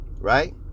right